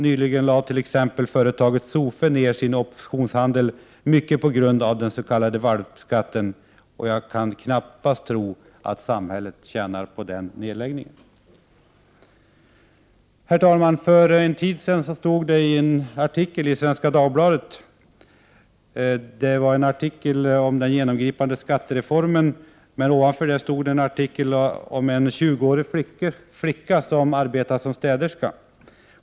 Nyligen lade t.ex. företaget SOFE ned sin optionshandel, mycket på grund av den s.k. valpskatten. Jag kan knappast tro att samhället tjänar på den nedläggningen. Herr talman! För en tid sedan stod det en artikel i Svenska Dagbladet om den genomgripande skattereformen. Ovanför den fanns en artikel om en 20-årig flicka som arbetar som städerska.